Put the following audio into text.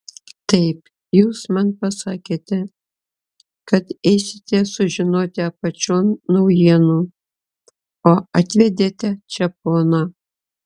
taip jūs man pasakėte kad eisite sužinoti apačion naujienų o atvedėte čia poną